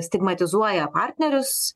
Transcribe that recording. stigmatizuoja partnerius